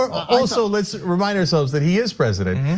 also, let's remind ourselves that he is president.